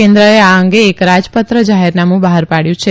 કેન્દ્રએ આ અંગે એક રા પત્ર જાહેરનામું બહાર પાડયું છે